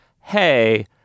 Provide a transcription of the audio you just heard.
hey